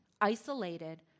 isolated